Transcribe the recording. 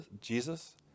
Jesus